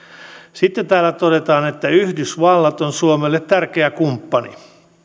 sitten täällä todetaan yhdysvallat on suomelle tärkeä